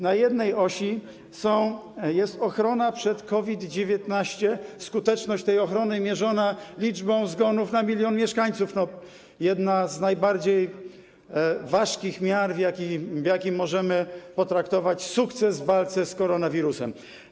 Na jednej osi jest ochrona przed COVID-19, skuteczność tej ochrony mierzona liczbą zgonów na milion mieszkańców - to jedna z najbardziej ważkich miar, jakimi możemy potraktować sukces w walce z koronawirusem.